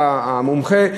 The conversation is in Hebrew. המומחה,